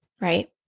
right